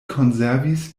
konservis